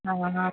অঁ